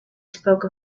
spoke